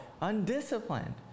undisciplined